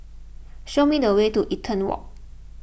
show me the way to Eaton Walk